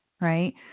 right